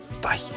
Bye